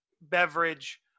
beverage